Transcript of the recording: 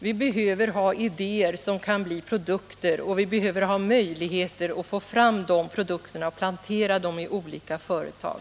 Vi behöver ha idéer som kan bli produkter, och vi behöver ha möjligheter att få fram de produkterna och plantera dem i olika företag.